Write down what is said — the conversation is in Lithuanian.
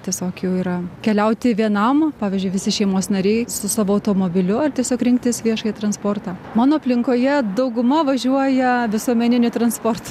tiesiog jau yra keliauti vienam pavyzdžiui visi šeimos nariai su savo automobiliu ar tiesiog rinktis viešąjį transportą mano aplinkoje dauguma važiuoja visuomeniniu transportu